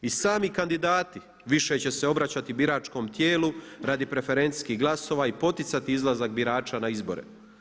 I sami kandidati više će se obraćati biračkom tijelu radi preferencijskih glasova i poticati izlazak birača na izbore.